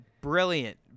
Brilliant